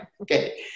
Okay